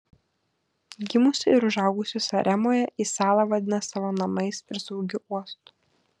gimusi ir užaugusi saremoje ji salą vadina savo namais ir saugiu uostu